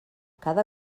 cada